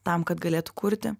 tam kad galėtų kurti